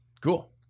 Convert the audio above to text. cool